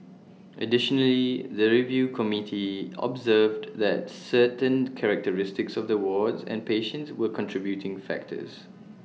additionally the review committee observed that certain characteristics of the ward and patients were contributing factors